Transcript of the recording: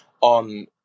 on